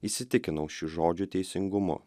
įsitikinau šių žodžių teisingumu